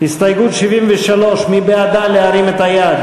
ההסתייגות של קבוצת סיעת העבודה וקבוצת סיעת